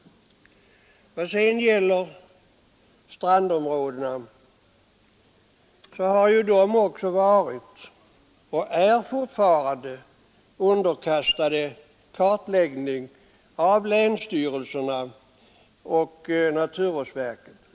Strandområdena har också varit och är fortfarande underkastade kartläggning av länsstyrelserna och naturvårdsverket.